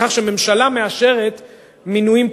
בכך שממשלה מאשרת מינויים כלשהם,